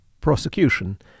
prosecution